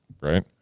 right